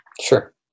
sure